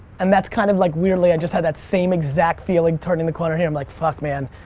and that's kind of like weirdly i just had that same exact feeling turning the corner here. i'm like, fuck, man.